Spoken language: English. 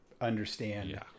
understand